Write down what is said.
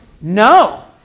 No